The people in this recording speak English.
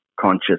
conscious